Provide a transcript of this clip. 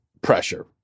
pressure